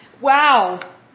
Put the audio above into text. Wow